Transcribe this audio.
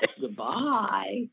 Goodbye